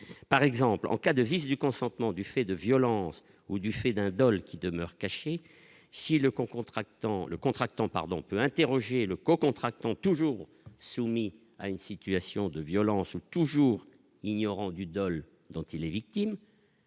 par exemple en cas de vice du consentement du fait de violences ou du fait d'un Dol, qui demeure cachée si le con contractant le contractant pardon peut interroger le co-contractants toujours soumis à une situation de violence ou toujours ignorant du dont il est victime,